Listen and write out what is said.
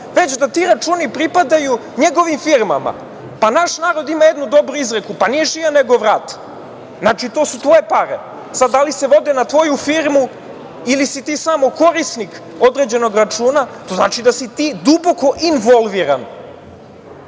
već da ti računi pripadaju njegovim firmama. Naš narod ima jednu dobru izreku – nije šija, nego vrat. Znači, to su tvoje pare, sad da li se vode na tvoju firmu ili si ti samo korisnik određenog računa, to znači da si ti duboko involviran.